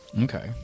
Okay